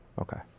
Okay